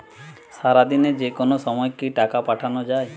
সারাদিনে যেকোনো সময় কি টাকা পাঠানো য়ায়?